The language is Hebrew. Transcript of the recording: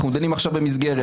אנחנו דנים עכשיו במסגרת.